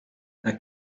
that